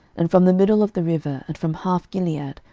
and from the middle of the river, and from half gilead,